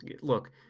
Look